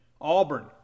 Auburn